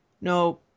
no